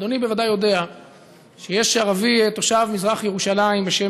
אדוני בוודאי יודע שיש ערבי תושב מזרח ירושלים בשם